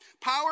Power